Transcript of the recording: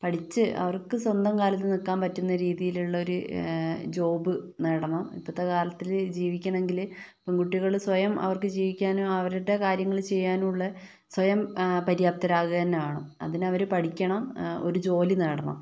പഠിച്ച് അവൾക്ക് സ്വന്തം കാലിൽ നില്ക്കാൻ പറ്റുന്ന രീതിയിലുള്ളൊരു ജോബ്ബ് നേടണം ഇപ്പഴത്തെ കാലത്ത് ജീവിക്കാണെങ്കില് പെണ്കുട്ടികള് അവര് സ്വയം ജീവിക്കാനും അവരുടെ കാര്യങ്ങള് ചെയ്യാനും ഉള്ള സ്വയം അ പര്യാപ്തരാകുക തന്നെ വേണം അതിനവര് പഠിക്കണം ഒരു ജോലി നേടണം